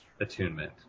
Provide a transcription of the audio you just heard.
attunement